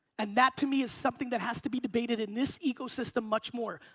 and that to me is something that has to be debated in this ecosystem much more.